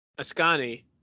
Ascani